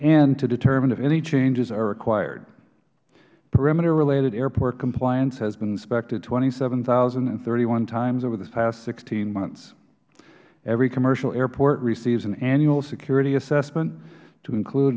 and to determine if any changes are required perimeterrelated airport compliance has been inspected twenty seven thousand and thirty one times over the past hmonths every commercial airport receives an annual security assessment to include